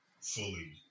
fully